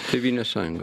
tėvynės sąjunga